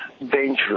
dangerous